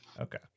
okay